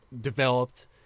developed